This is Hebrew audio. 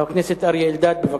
חבר הכנסת אריה אלדד, בבקשה.